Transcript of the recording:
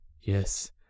Yes